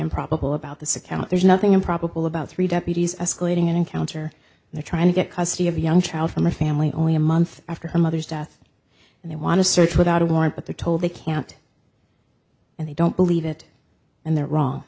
improbable about this account there's nothing improbable about three deputies escalating an encounter they're trying to get custody of a young child from a family only a month after her mother's death and they want to search without a warrant but they're told they can't and they don't believe it and they're wrong